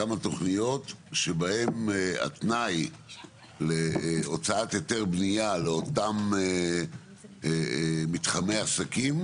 תכניות שבהן התנאי להוצאת היתר בנייה לאותם מתחמי עסקים